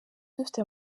dufite